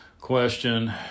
question